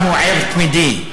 אוסאמה הוא ער תמידי.